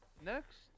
Next